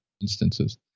instances